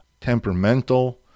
temperamental